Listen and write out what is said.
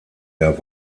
der